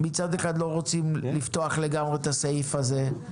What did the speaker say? מצד אחד לא רוצים לפתוח לגמרי את הסעיף הזה,